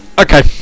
Okay